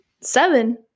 Seven